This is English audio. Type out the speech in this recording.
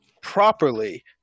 properly –